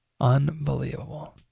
Unbelievable